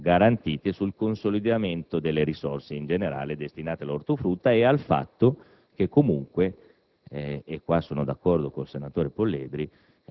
Infine, dobbiamo essere garantiti sul consolidamento delle risorse in generale destinate all'ortofrutta e - sono d'accordo